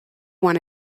one